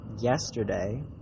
yesterday